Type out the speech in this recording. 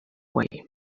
way